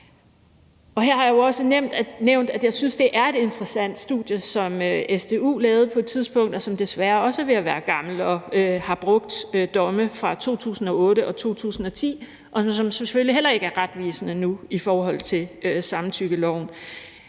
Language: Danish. Her har jeg også nævnt, at jeg synes, det er et interessant studie, som SDU lavede på et tidspunkt, men som desværre også er ved at være gammelt og har brugt domme fra 2008 og 2010, og som selvfølgelig heller ikke er retvisende nu i forhold til samtykkeloven.